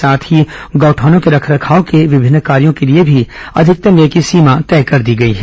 साथ ही गौठानों के रखरखाव के विभिन्न कार्यों के लिए भी अधिकतम व्यय की सीमा तय कर दी गई है